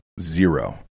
zero